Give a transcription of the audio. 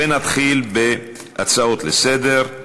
ונתחיל בהצעות לסדר-היום.